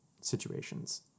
situations